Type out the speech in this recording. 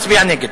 מצביע נגד.